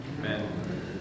Amen